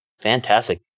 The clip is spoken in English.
Fantastic